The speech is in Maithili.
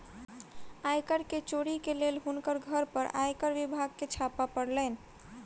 आय कर के चोरी के लेल हुनकर घर पर आयकर विभाग के छापा पड़लैन